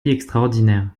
extraordinaire